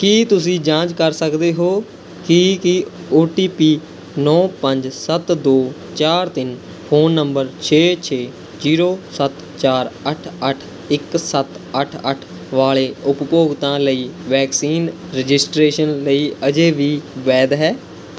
ਕੀ ਤੁਸੀਂ ਜਾਂਚ ਕਰ ਸਕਦੇ ਹੋ ਕਿ ਕੀ ਓ ਟੀ ਪੀ ਨੌ ਪੰਜ ਸੱਤ ਦੋ ਚਾਰ ਤਿੰਨ ਫ਼ੋਨ ਨੰਬਰ ਛੇ ਛੇ ਜੀਰੋ ਸੱਤ ਚਾਰ ਅੱਠ ਅੱਠ ਇੱਕ ਸੱਤ ਅੱਠ ਅੱਠ ਵਾਲੇ ਉਪਭੋਗਤਾ ਲਈ ਵੈਕਸੀਨ ਰਜਿਸਟ੍ਰੇਸ਼ਨ ਲਈ ਅਜੇ ਵੀ ਵੈਧ ਹੈ